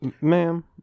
Ma'am